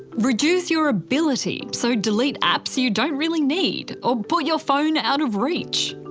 reduce your ability so delete apps you don't really need. or put your phone out of reach.